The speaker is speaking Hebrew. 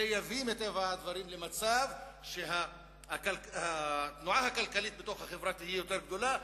זה יביא למצב שהתנועה הכלכלית בחברה תהיה יותר גדולה,